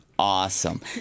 Awesome